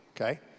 okay